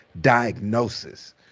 diagnosis